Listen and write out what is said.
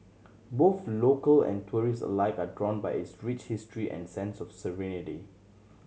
both local and tourist alike are drawn by its rich history and sense of serenity